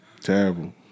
Terrible